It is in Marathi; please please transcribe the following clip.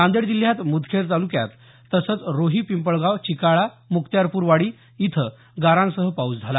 नांदेड जिल्ह्यात मुदखेड तालुक्यात तसंच रोही पिंपळगाव चिकाळा मुक्त्यारपूरवाडी इथं गारांसह पाऊस झाला